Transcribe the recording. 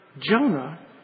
Jonah